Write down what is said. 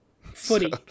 footy